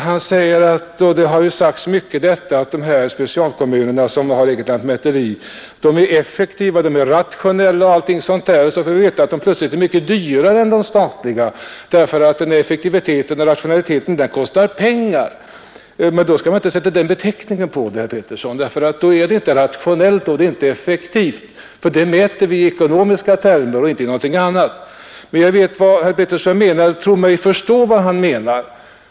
Han påstår att det har sagts mycket om att specialkommunerna som har lantmäteri är effektiva, rationella och allting sådant, men så får vi plötsligt veta att den verksamheten också är mycket dyrare än den statliga, eftersom denna effektivitet och rationalisering kostar pengar. Men då bör man inte använda den beteckningen, herr Petersson, eftersom det då inte är rationellt och effektivt; sådana värden mäts just i ekonomiska termer och inte i någonting annat. Jag tror mig förstå vad herr Petersson menar.